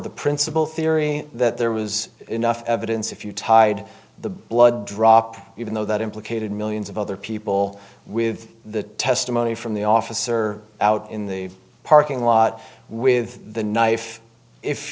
the principle theory that there was enough evidence if you tied the blood drop even though that implicated millions of other people with the testimony from the officer out in the parking lot with the knife if